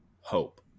hope